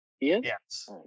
Yes